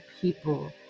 people